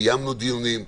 קיימנו דיונים,